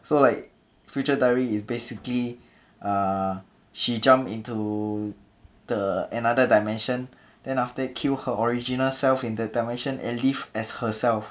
so like future diary is basically uh she jumped into the another dimension then after that kill her original self in that dimension and live as herself